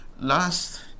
last